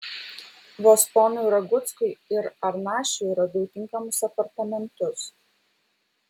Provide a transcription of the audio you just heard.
vos ponui raguckui ir arnašiui radau tinkamus apartamentus